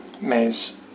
maze